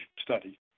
study